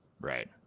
Right